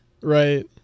Right